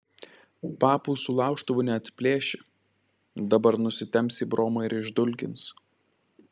papų su laužtuvu neatplėši dabar nusitemps į bromą ir išdulkins